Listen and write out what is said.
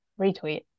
Retweet